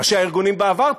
ראשי הארגונים בעבר תומכים.